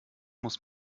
muss